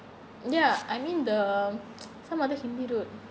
ya I mean the some other hindi dude